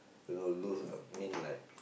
you know lose a mean like